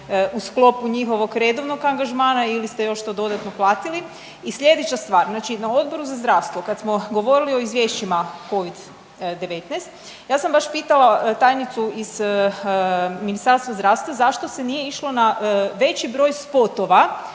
u sklopu njihovog redovnog angažmana ili ste još to dodatno platili. I slijedeća stvar, znači na Odboru za zdravstvo kad smo govorili o izvješćima Covid-19 ja sam baš pitala tajnicu iz Ministarstva zdravstva zašto se nije išlo na veći broj spotova